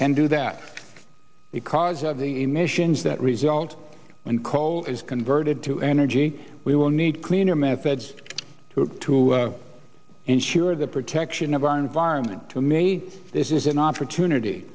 can do that because of the emissions that result when coal is converted to energy we will need cleaner methods to ensure the protection of our environment to maybe this is an opportunity